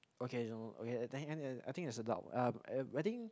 okay okay I think there's a doubt I think